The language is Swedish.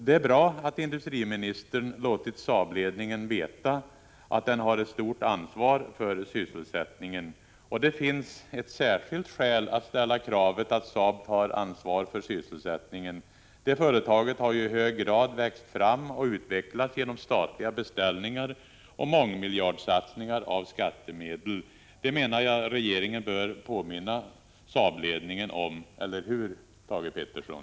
Det är bra att industriministern låtit Saabledningen veta att den har ett stort ansvar för sysselsättningen. Det finns ett särskilt skäl att ställa kravet att Saab tar ansvar för sysselsättningen. Det företaget har i hög grad växt fram och utvecklats genom statliga beställningar och mångmiljardsatsningar av skattemedel. Det, menar jag, bör regeringen påminna Saabledningen om. Eller hur, Thage Peterson?